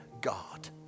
God